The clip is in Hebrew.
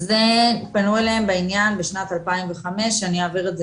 פנו אליהם בעניין בשנת 2005, אעביר את זה